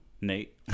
Nate